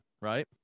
right